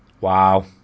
Wow